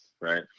right